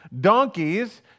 donkeys